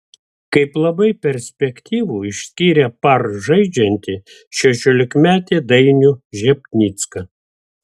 kaip labai perspektyvų išskyrė par žaidžiantį šešiolikmetį dainių žepnicką